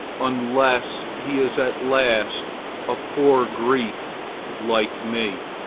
unless he is at last a poor greek like me.